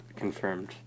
Confirmed